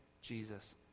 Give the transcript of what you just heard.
Jesus